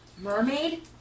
Mermaid